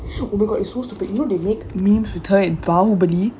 om my god it's so stupid you know they make memes with her and bahubali